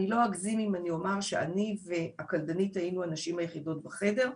אני לא אגזים אם אני אומר שאני והקלדנית היינו הנשים היחידות בחדר.